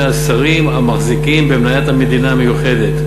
השרים המחזיקים במניית המדינה המיוחדת,